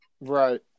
right